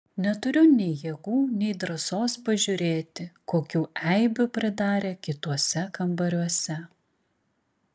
neturiu nei jėgų nei drąsos pažiūrėti kokių eibių pridarė kituose kambariuose